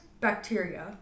bacteria